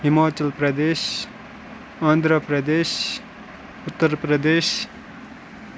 Himachal Pradesh Andhra Pradesh Uttar Pradesh